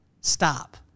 stop